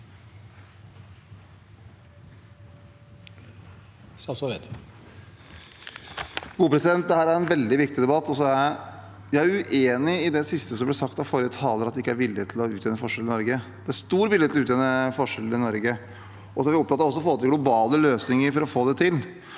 Dette er en veldig viktig debatt, og jeg er uenig i det siste som ble sagt av forrige taler, at det ikke er vilje til å utjevne forskjeller i Norge. Det er stor vilje til å utjevne forskjeller i Norge. Vi er også opptatt av globale løsninger for å få det til.